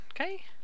okay